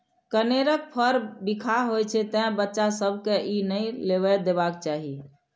कनेरक फर बिखाह होइ छै, तें बच्चा सभ कें ई नै लेबय देबाक चाही